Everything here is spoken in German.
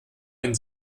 einen